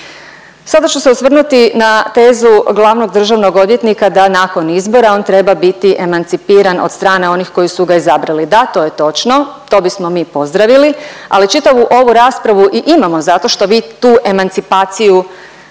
Sada ću se osvrnuti na tezu glavnog državnog odvjetnika da nakon izbora on treba biti emancipiran od strane onih koji su ga izabrali. Da, to je točno, to bismo mi pozdravili, ali čitavu ovu raspravu i imamo zato što vi tu emancipaciju